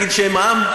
אז תגיד שהם לא עם.